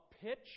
pitch